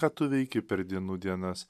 ką tu veiki per dienų dienas